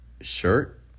shirt